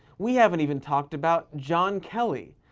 we haven't even talked about john kelly,